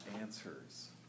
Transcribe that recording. answers